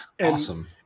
Awesome